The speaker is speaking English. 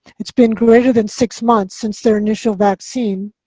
it's been greater than six months since their initial vaccine,